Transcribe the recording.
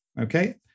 Okay